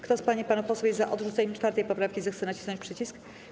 Kto z pań i panów posłów jest za odrzuceniem 4. poprawki, zechce nacisnąć przycisk.